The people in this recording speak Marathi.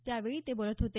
त्यावेळी ते बोलत होते